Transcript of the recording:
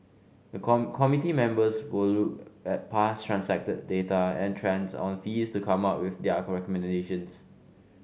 the come committee members will look at past transacted data and trends on fees to come up with their